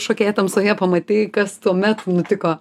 šokėja tamsoje pamatei kas tuomet nutiko